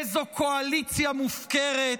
איזו קואליציה מופקרת.